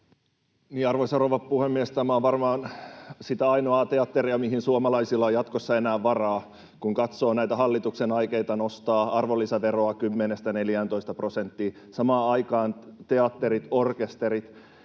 Arvoisa rouva puhemies! Tämä on varmaan sitä ainoaa teatteria, mihin suomalaisilla on jatkossa enää varaa, kun katsoo näitä hallituksen aikeita nostaa arvonlisäveroa 10:stä 14 prosenttiin. Samaan aikaan teatterit, orkesterit